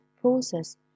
process